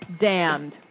damned